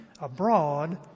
abroad